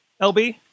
LB